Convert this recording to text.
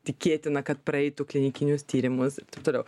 tikėtina kad praeitų klinikinius tyrimus taip toliau